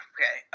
Okay